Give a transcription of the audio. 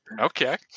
Okay